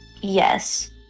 Yes